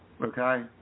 Okay